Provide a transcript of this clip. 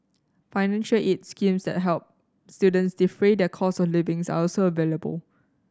financial aid schemes that help students defray their costs of living are also available